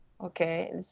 Okay